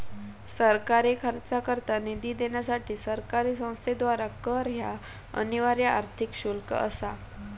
सरकारी खर्चाकरता निधी देण्यासाठी सरकारी संस्थेद्वारा कर ह्या अनिवार्य आर्थिक शुल्क असा